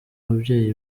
babyeyi